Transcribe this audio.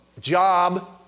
job